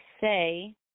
say